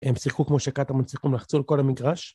הם שחקו כמו שקטאמון שחקו לחצו על כל המגרש